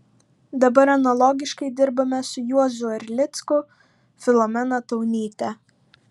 dabar analogiškai dirbame su juozu erlicku filomena taunyte